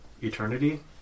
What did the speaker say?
eternity